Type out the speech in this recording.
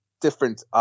different –